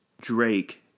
Drake